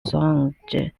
sound